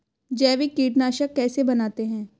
जैविक कीटनाशक कैसे बनाते हैं?